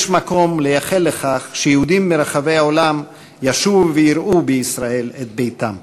יש מקום לייחל לכך שיהודים מרחבי העולם ישובו ויראו בישראל את ביתם.